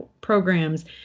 programs